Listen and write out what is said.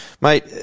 mate